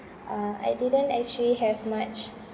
uh I didn't actually have much